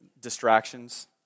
distractions